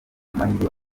amahirwe